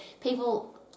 people